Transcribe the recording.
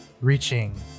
reaching